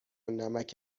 نمک